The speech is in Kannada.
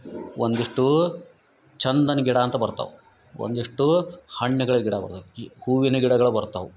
ಒಂದಿಷ್ಟು ಚಂದನ ಗಿಡ ಅಂತ ಬರ್ತಾವು ಒಂದಿಷ್ಟು ಹಣ್ಗಳ ಗಿಡ ಬರ್ತಾತಿ ಹೂವಿನ ಗಿಡಗಳು ಬರ್ತಾವು